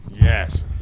Yes